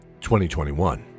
2021